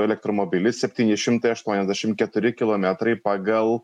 elektromobilis septyni šimtai aštuoniasdešim keturi kilometrai pagal